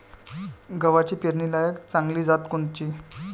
गव्हाची पेरनीलायक चांगली जात कोनची?